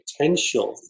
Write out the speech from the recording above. potential